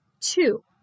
Two